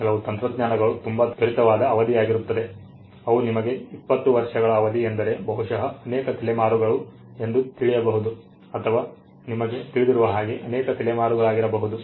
ಕೆಲವು ತಂತ್ರಜ್ಞಾನಗಳು ತುಂಬಾ ತ್ವರಿತವಾದ ಅವಧಿಯಾಗಿರುತ್ತದೆ ಅವು ನಿಮಗೆ ಇಪ್ಪತ್ತು ವರ್ಷಗಳ ಅವಧಿ ಎಂದರೆ ಬಹುಶಃ ಅನೇಕ ತಲೆಮಾರುಗಳು ಎಂದು ತಿಳಿದಿಯಬಹುದು ಅಥವಾ ನಿಮಗೆ ತಿಳಿದಿರುವ ಹಾಗೆ ಅನೇಕ ತಲೆಮಾರುಗಳಾಗಿರಬಹುದು